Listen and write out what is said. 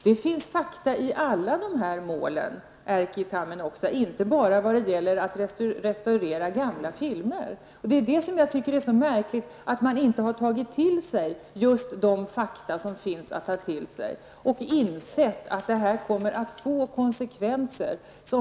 Det finns fakta i alla dessa mål, Erkki Tammenoksa, och inte bara när det gäller restaurering av gammal film. Vad jag tycker är så märkligt är att man inte tagit till sig dessa fakta och insett att detta kommer att få konsekvenser.